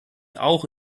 auch